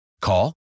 Call